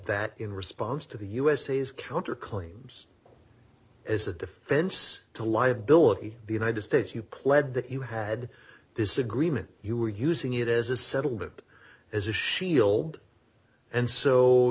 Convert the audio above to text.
that in response to the u s a s counter claims as a defense to liability the united states you pledged that you had this agreement you were using it as a settlement as a shield and so